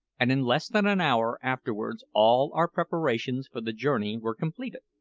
and in less than an hour afterwards all our preparations for the journey were completed.